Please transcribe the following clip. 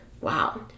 Wow